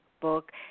book –